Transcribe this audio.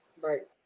right